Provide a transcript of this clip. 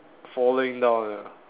falling down ah